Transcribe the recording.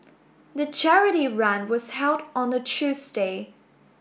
the charity run was held on a Tuesday